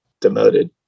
demoted